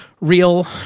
real